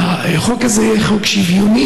ושהחוק הזה יהיה חוק שוויוני,